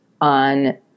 on